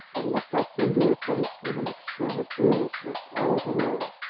and looked up into her face with an exquisite earnestness all her own.